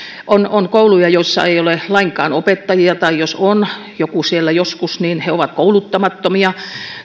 on on kouluja joissa ei ole lainkaan opettajia tai jos joku siellä joskus on niin he ovat kouluttamattomia